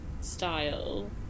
style